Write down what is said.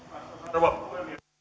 rouva puhemies